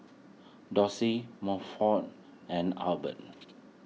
Doshie Milford and Hubert